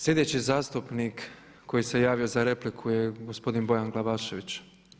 Slijedeći zastupnik koji se javio za repliku je gospodin Bojan Glavašević.